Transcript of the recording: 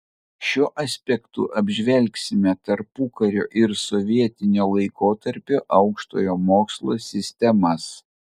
šiuo aspektu apžvelgsime tarpukario ir sovietinio laikotarpio aukštojo mokslo sistemas